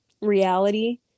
reality